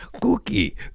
Cookie